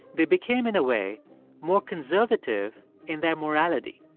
they became in a way more conservative in their morality.